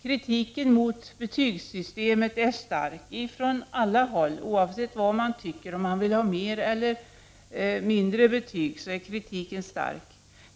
Kritiken mot betygssystemet är starkt från alla håll; oavsett vad man tycker, om man vill har mer eller mindre betyg, är kritiken stark.